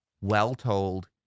well-told